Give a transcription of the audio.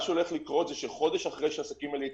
מה שהולך לקרות זה שחודש אחרי שהעסקים האלה ייפתחו,